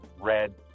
red